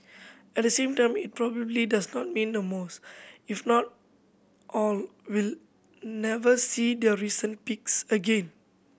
at the same time it probably does not mean the most if not all will never see their recent peaks again